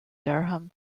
durham